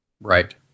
Right